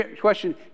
question